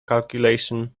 calculation